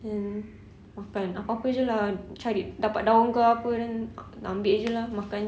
then makan apa-apa jer lah cari dapat daun ke apa then ambil jer lah makan jer